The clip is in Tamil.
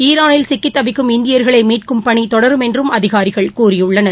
ஈரானில் சிக்கித் தவிக்கும் இந்தியர்களை மீட்கும் பணி தொடரும் என்று அதிகாரிகள் கூறியுள்ளனர்